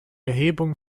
erhebung